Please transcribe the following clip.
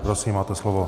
Prosím, máte slovo.